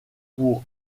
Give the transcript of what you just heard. pour